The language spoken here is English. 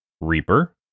Reaper